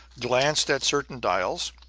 glanced at certain dials,